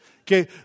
Okay